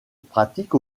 pratique